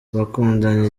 bakundanye